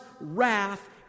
wrath